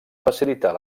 facilitar